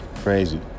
Crazy